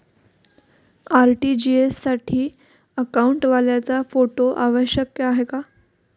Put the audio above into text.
RTGS साठी अकाउंटवाल्याचा photo आवश्यक आहे का?